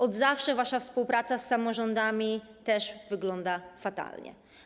Od zawsze wasza współpraca z samorządami też wyglądała fatalnie.